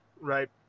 Right